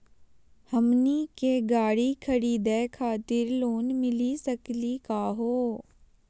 हमनी के गाड़ी खरीदै खातिर लोन मिली सकली का हो?